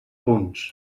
punts